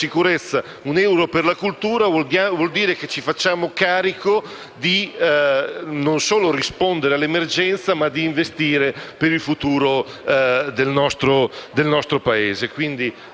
un euro per la cultura, vuol dire che ci facciamo carico non solo di rispondere alle emergenze, ma anche di investire per il futuro del nostro Paese.